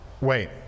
Wait